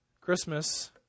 christmas